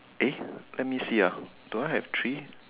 eh let me see ah do I have three